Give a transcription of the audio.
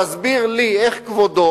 תסביר לי איך כבודו